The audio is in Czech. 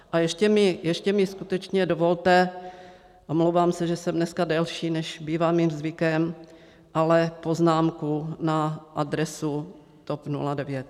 A ještě mi skutečně dovolte, omlouvám se, že jsem dneska delší, než bývá mým zvykem, ale poznámku na adresu TOP 09.